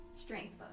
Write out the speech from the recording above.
strength